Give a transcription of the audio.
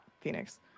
Phoenix